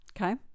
Okay